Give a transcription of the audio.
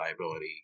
liability